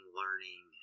learning